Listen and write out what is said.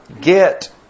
Get